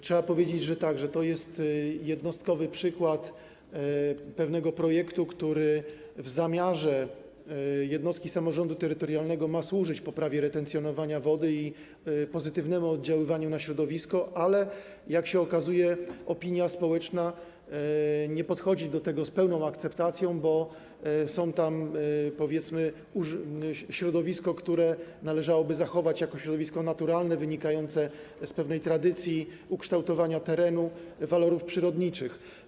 Trzeba powiedzieć, że to jest jednostkowy przykład pewnego projektu, który w zamiarze jednostki samorządu terytorialnego ma służyć poprawie retencjonowania wody i pozytywnemu oddziaływaniu na środowisko, ale jak się okazuje, opinia społeczna nie podchodzi do tego z pełną akceptacją, bo jest tam środowisko, które należałoby zachować jako środowisko naturalne, co wynika z pewnej tradycji, ukształtowania terenu, z jego walorów przyrodniczych.